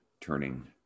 Turning